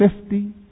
Fifty